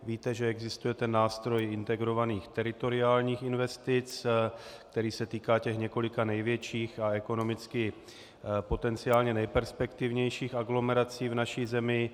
Víte, že existuje nástroj integrovaných teritoriálních investic, který se týká těch několika největších a ekonomicky potenciálně nejperspektivnějších aglomerací v naší zemi.